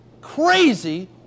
crazy